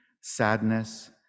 sadness